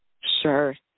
Sure